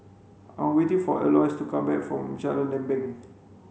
I'm waiting for Eloise to come back from Jalan Lempeng